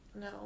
no